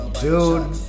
Dude